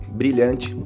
brilhante